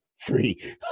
free